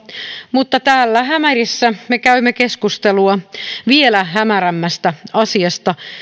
mutta täällä hämärissä me käymme keskustelua vielä hämärämmästä asiasta